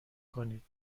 کنید